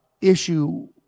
issue